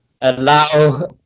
allow